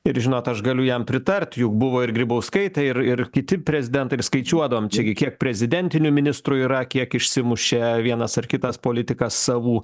ir žinot aš galiu jam pritart juk buvo ir grybauskaitė ir ir kiti prezidentai ir skaičiuodavom čia gi kiek prezidentinių ministrų yra kiek išsimušė vienas ar kitas politikas savų